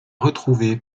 retrouvé